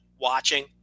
watching